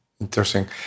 Interesting